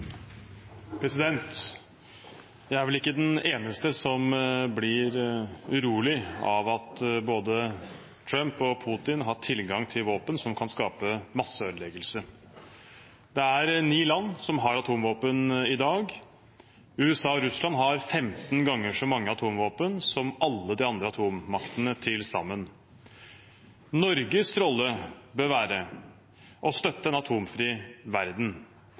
Jeg er vel ikke den eneste som blir urolig av at både Trump og Putin har tilgang til våpen som kan skape masseødeleggelse. Det er ni land som har atomvåpen i dag. USA og Russland har 15 ganger så mange atomvåpen som alle de andre atommaktene til sammen. Norges rolle bør være å støtte en atomvåpenfri verden,